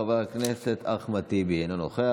חבר הכנסת אחמד טיבי, אינו נוכח.